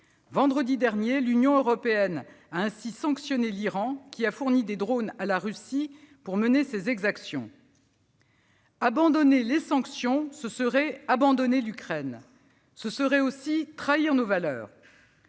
Vendredi dernier, l'Union européenne a ainsi sanctionné l'Iran, qui a fourni des drones à la Russie pour mener ses exactions. Abandonner les sanctions, ce serait abandonner l'Ukraine, ce serait aussi trahir nos valeurs.